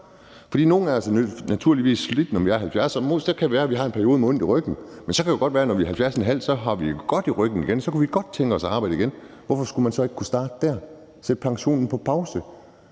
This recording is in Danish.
slidt, når vi er 70 år. Så kan det være, at vi har en periode med ondt i ryggen, men så kan det godt være, at når vi er 70½ år, har vi det godt i ryggen igen, og så kunne vi godt tænke os at arbejde igen. Hvorfor skulle man så ikke kunne starte der og sætte pensionen på pause?